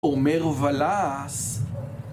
עומר ולאס